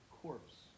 corpse